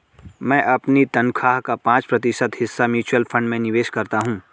मैं अपनी तनख्वाह का पाँच प्रतिशत हिस्सा म्यूचुअल फंड में निवेश करता हूँ